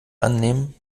annehmen